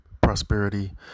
prosperity